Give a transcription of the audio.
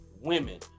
women